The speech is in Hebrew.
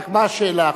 רק מה השאלה עכשיו,